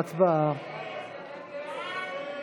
ההסתייגות (118)